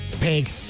pig